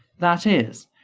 that is,